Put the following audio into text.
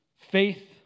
Faith